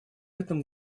этом